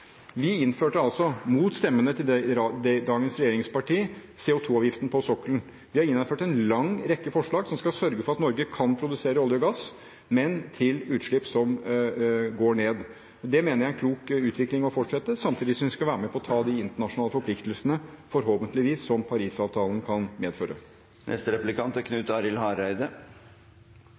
Vi innførte – mot stemmene til dagens regjeringsparti – CO2-avgiften på sokkelen. Vi har gjennomført en lang rekke tiltak som skal sørge for at Norge kan produsere olje og gass, men med utslipp som går ned. Det mener jeg er en klok utvikling å fortsette, samtidig som vi skal være med på å ta de internasjonale forpliktelsene, forhåpentligvis, som Paris-avtalen kan medføre. Eg er